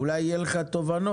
אולי יהיו לך תובנות.